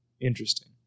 Interesting